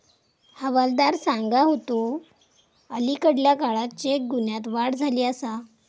हवालदार सांगा होतो, अलीकडल्या काळात चेक गुन्ह्यांत वाढ झाली आसा